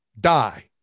die